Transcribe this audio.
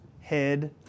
head